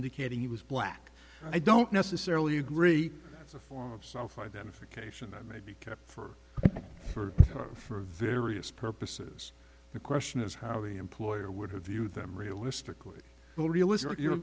indicating he was black i don't necessarily agree that's a form of self identification that may be kept for for for various purposes the question is how the employer would have viewed them realistically you